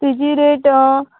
तेजी रेट